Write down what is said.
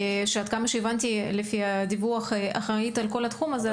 שעד כמה שהבנתי לפי הדיווח אחראית על כל התחום הזה,